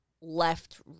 left